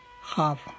half